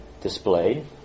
displayed